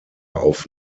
auf